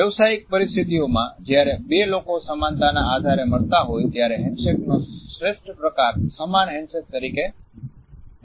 વ્યાવસાયિક પરિસ્થિતિઓમાં જ્યારે બે લોકો સમાનતાના આધારે મળતા હોય ત્યારે હેન્ડશેકનો શ્રેષ્ઠ પ્રકાર 'સમાન હેન્ડશેક' તરીકે જાણીતો છે